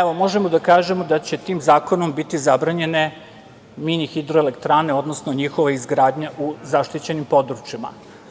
evo, možemo da kažemo da će tim zakonom biti zabranjene mini hidroelektrane, odnosno njihova izgradnja u zaštićenim područjima. Naravno,